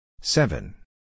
Seven